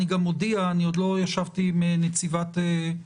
אני גם מודיע אני עוד לא ישבתי עם נציבת השב"ס,